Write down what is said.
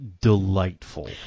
delightful